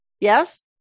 Yes